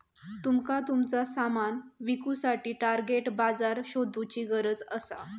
तुमका तुमचा सामान विकुसाठी टार्गेट बाजार शोधुची गरज असा